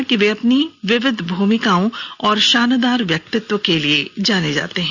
उन्होंने कहा कि वे अपनी विविध भूमिकाओं और शानदार व्यक्तित्व के लिए जाने जाते हैं